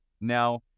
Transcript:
Now